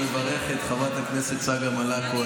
אני מברך את חברת הכנסת צגה מלקו.